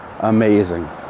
amazing